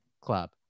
club